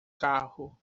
carro